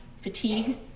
fatigue